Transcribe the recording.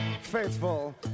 faithful